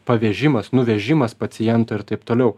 pavežimas nuvežimas paciento ir taip toliau